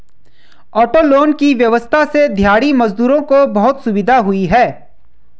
auto loan की व्यवस्था से दिहाड़ी मजदूरों को बहुत सुविधा हुई है